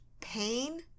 pain